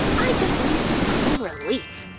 i just need some clean relief!